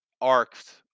arcs